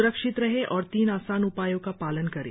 स्रक्षित रहें और तीन आसान उपायों का पालन करें